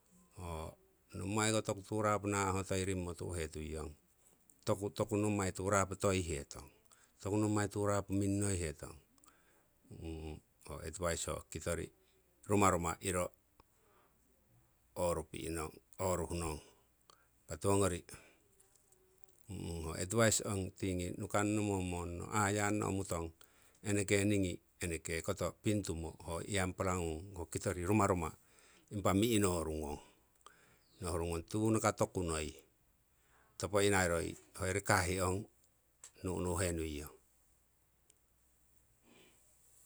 Nommai ko toku turapo na'hotoiringmo tu'hetuiyong, toku nommai turapo toihetong, toku nommai turapo minnoihetong, ho advise ho kitori rumaruma iro orupi'nong oruh nong. Impa tiwongori ho advise ong tingi nukanno, momonno, ayanno omutong eneke ningi eneke koto pingtumo ho iyampara ho kitori rumaruma impa mi'noru ngong. Nohurungong tunaka tokunoi topo inaroi hoyori kahih ong nu'nu'henuiyong